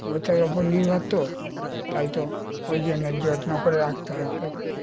ওটার উপর নির্ভর তো তাই তো ওই জন্যে যত্ন করে রাখতে হয় ভালো করে